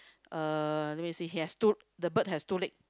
uh let me see it has two the bird has two leg